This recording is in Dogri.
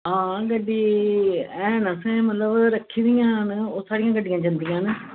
आं गड्डी हैौन ते उत्थें रक्खी दयां न आं साढ़ी गड्डियां जंदी उत्थें